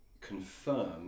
confirm